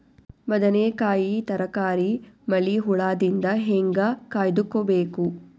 ಬದನೆಕಾಯಿ ತರಕಾರಿ ಮಳಿ ಹುಳಾದಿಂದ ಹೇಂಗ ಕಾಯ್ದುಕೊಬೇಕು?